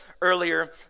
earlier